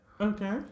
Okay